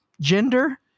gender